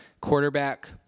quarterback